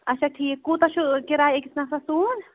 اچھا ٹھیٖک کوٗتاہ چھُو کِراے أکِس نفرَس